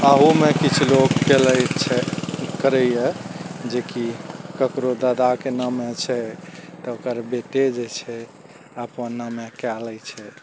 अहूमे किछु लोक केलइए छै करइए जेकि ककरो दादाके नामे छै त ओकर बेटे जे छै अपन नामे कए लै छै